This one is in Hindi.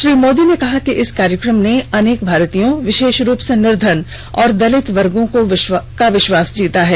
श्री मोदी ने कहा कि इस कार्यक्रम ने अनेक भारतीयों विशेष रूप से निर्धन और दलित वगोँ का विश्वास जीता है